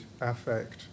affect